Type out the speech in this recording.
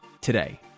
today